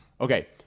Okay